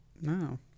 No